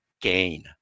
gain